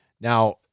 Now